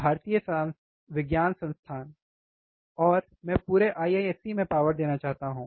भारतीय संस्थान विज्ञान और मैं पूरे IISc में पावर देना चाहता हूं